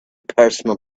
personal